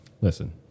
Listen